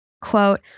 Quote